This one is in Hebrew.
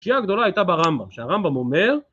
השיעה הגדולה הייתה ברמב"ם, שהרמב"ם אומר